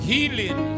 Healing